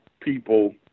people